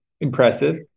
impressive